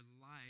life